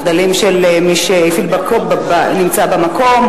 מחדלים של מי שנמצא במקום,